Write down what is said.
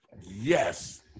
yes